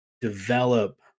develop